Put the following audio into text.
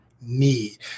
need